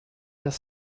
their